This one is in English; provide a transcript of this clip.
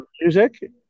music